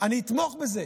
אני אתמוך בזה,